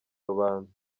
rubanda